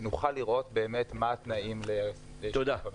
שנוכל לראות מה התנאים לשיתוף במידע.